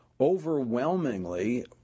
overwhelmingly